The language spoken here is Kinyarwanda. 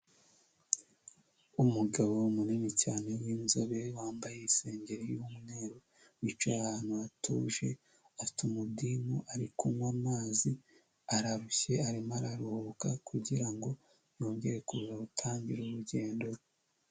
Umugabo munini cyane winzobe wambaye isengeri y'umweru wicaye ahantu hatuje; afite umudimu ari kunywa amazi ararushye arimo araruhuka kugira ngo yongere kuza gutangira urugendo rwe.